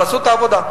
אבל עשו את העבודה.